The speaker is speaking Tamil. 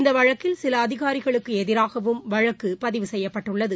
இந்த வழக்கில் சில அதிகாரிகளுக்கு எதிராகவும் வழக்கு பதிவு செய்யப்பட்டுள்ளது